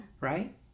Right